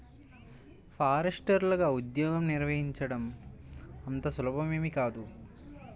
ఫారెస్టర్లగా ఉద్యోగం నిర్వహించడం అంత సులభమేమీ కాదు